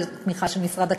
זה תמיכה של משרד הקליטה,